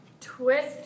Twist